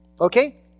okay